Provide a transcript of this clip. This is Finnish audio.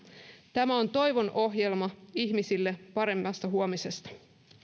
tämä on toivon ohjelma ihmisille paremmasta huomisesta